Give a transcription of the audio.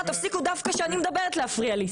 בבקשה, תפסיקו דווקא כשאני מדברת, להפריע לי.